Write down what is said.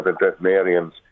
veterinarians